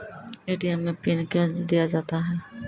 ATM मे pin कयो दिया जाता हैं?